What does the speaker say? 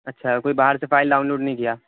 اچھا کوئی باہر سے فائل ڈاؤن لوڈ نہیں کیا